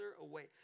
away